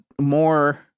more